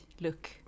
look